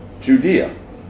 Judea